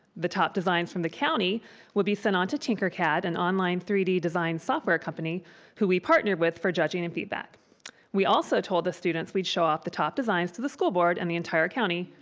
the top designs from the county would be sent on to tinkercad, an and online three d design software company who we partner with for judging and feedback we also told the students we show off the top designs to the school board and the entire county,